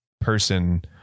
person